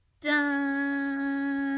dun